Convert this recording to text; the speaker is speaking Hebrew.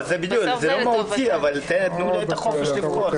זה לא מהותי, אבל תנו לה את החופש לבחור.